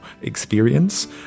experience